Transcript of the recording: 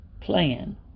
plan